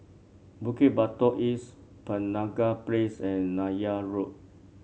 Bukit Batok East Penaga Place and Neythal Road